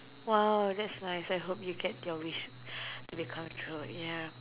!wow! that's nice I hope you get your wish it becomes true ya